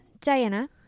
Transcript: Diana